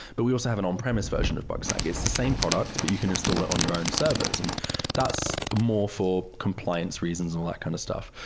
but we also have an on-premise version of bugsnag. it's the same product, but you can install it on your own servers. and that's more for compliance reasons and all that kind of stuff.